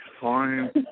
Fine